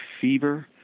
fever